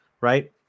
right